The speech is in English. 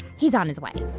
he's on his way